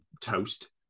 toast